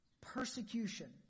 persecution